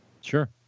sure